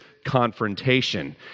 confrontation